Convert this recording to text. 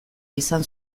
izan